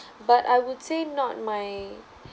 but I would say not my